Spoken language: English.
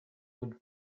would